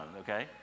okay